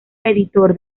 editor